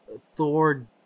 thor